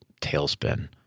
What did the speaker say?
tailspin